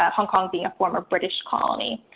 ah hong kong being a former british colony.